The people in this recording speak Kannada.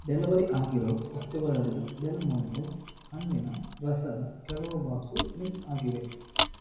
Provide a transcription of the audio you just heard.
ಡೆಲಿವರಿ ಆಗಿರೋ ವಸ್ತುಗಳಲ್ಲಿ ಡೆಲ್ ಮೋಂಟೊ ಹಣ್ಣಿನ ರಸದ ಕೆಲವು ಬಾಕ್ಸು ಮಿಸ್ ಆಗಿವೆ